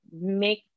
make